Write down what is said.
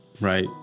Right